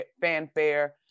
fanfare